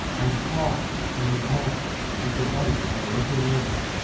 and clasped in his arms was the body of the little mermaid.